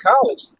college